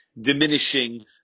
diminishing